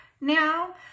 now